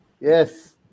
Yes